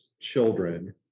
children